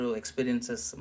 experiences